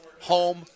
Home